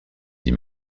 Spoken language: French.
dit